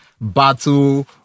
Battle